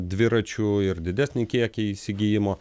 dviračių ir didesnį kiekį įsigijimo